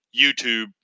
YouTube